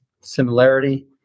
similarity